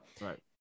Right